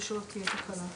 כדי שלא תהיה תקלה.